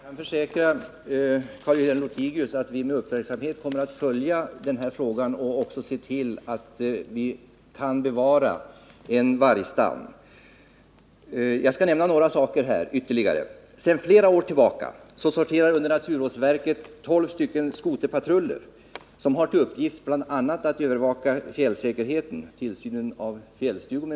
Herr talman! Jag kan försäkra Carl-Wilhelm Lothigius att vi med uppmärksamhet kommer att följa denna fråga för att se till att vargstammen bevaras. Jag skall nämna ytterligare några saker. Sedan flera år tillbaka sorterar under naturvårdsverket tolv skoterpatruller, som bl.a. har till uppgift att övervaka fjällsäkerheten och handha tillsynen av fjällstugor.